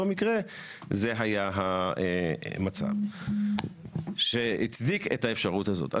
מקרה זה היה המצב שהצדיק את האפשרות הזאת.